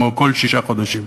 כמו כל שישה חודשים,